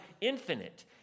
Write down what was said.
infinite